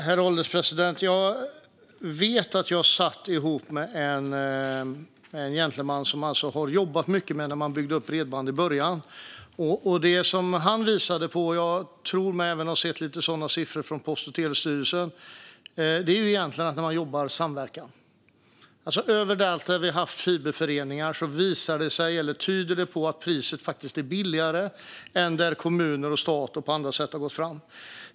Herr ålderspresident! Jag vet att jag satt med en gentleman som jobbat mycket med att bygga upp bredband i början. Det han visade på, och jag tror mig även ha sett sådana siffror från Post och telestyrelsen, är att man ska jobba i samverkan. Överallt där vi haft fiberföreningar visar det sig eller tyder det på att priset faktiskt är lägre än där kommuner och stat på olika sätt har gått fram.